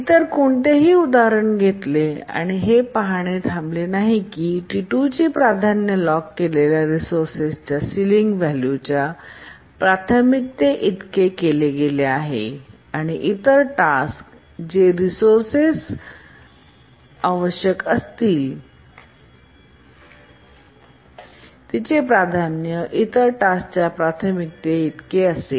इतर कोणतेही उदाहरण घेतले आणि हे पाहणे थांबले नाही की T2ची प्राधान्य लॉक केलेल्या रिसोर्सेस च्या सिलिंग व्हॅल्यू च्या प्राथमिकतेइतके केले गेले आहे आणि इतर टास्क जर रिसोर्सस आवश्यक असतील तर तिचे प्राधान्य इतर टास्क च्या प्राथमिकते इतकेच असेल